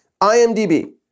IMDb